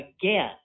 again